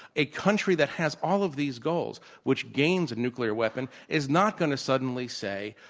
a country that has all of these goals which gains a nuclear weapon is not going to suddenly say,